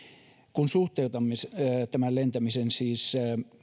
kun siis suhteutamme lentämisen